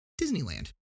Disneyland